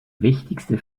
wichtigste